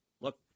Look